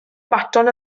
baton